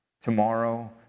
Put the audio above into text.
tomorrow